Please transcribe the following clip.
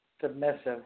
submissive